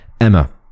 emma